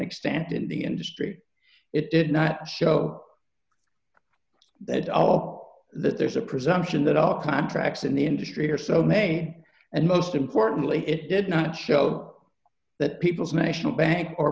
extended in the industry it did not show that all that there's a presumption that all contacts in the industry are so may and most importantly it did not show that people's missional bank or